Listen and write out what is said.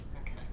okay